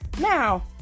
Now